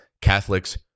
Catholics